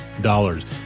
dollars